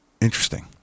interesting